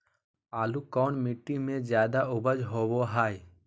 आलू कौन मिट्टी में जादा ऊपज होबो हाय?